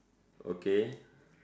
okay